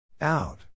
out